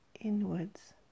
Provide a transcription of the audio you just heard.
inwards